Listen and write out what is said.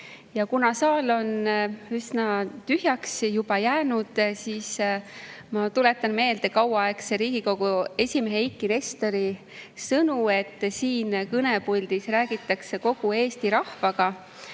Kuna saal on üsna tühjaks jäänud, siis ma tuletan meelde kauaaegse Riigikogu esimehe Eiki Nestori sõnu, et siin kõnepuldis räägitakse kogu Eesti rahvaga.